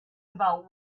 about